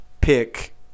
pick